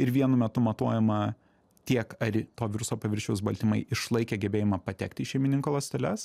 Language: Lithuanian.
ir vienu metu matuojama tiek ar į to viruso paviršiaus baltymai išlaikė gebėjimą patekti į šeimininko ląsteles